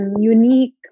unique